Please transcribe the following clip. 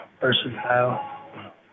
Versatile